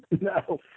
No